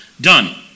done